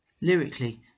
Lyrically